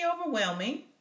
overwhelming